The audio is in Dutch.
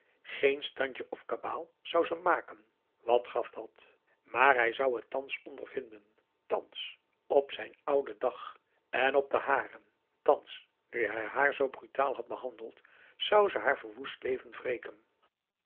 geen standje of kabaal zou ze maken wat gaf dàt maar hij zou het thans ondervinden thans op zijn ouden dag en op den haren thans nu hij haar zoo brutaal had behandeld zou ze haar verwoest leven wreken